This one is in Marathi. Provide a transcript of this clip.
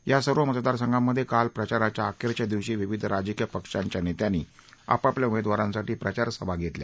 या सर्व मतदारसंघांमधे काल प्रचाराच्या अखेरच्या दिवशी विविध राजकीय पक्षांच्या नेत्यांनी आपापल्या उमेदवारांसाठी प्रचारसभा घेतल्या